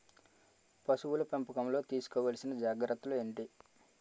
పశువుల పెంపకంలో తీసుకోవల్సిన జాగ్రత్త లు ఏంటి?